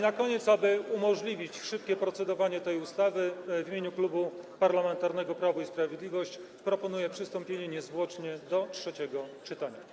Na koniec, aby umożliwić szybkie procedowanie tej ustawy, w imieniu Klubu Parlamentarnego Prawo i Sprawiedliwość proponuję przystąpienie niezwłocznie do trzeciego czytania.